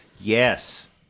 Yes